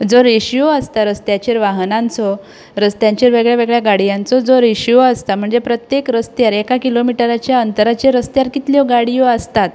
जो रेशियो आसता त्या रस्त्यांचेर वाहनांचो रस्त्यांचेर वेगळ्या वेगळ्या गाडयांचो जो रेशियो आसता म्हणजे प्रत्येक रस्त्यार एका किलोमीटराच्या त्या अंतराचेर रस्त्यार कितल्यो गाडयो आसतात